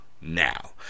now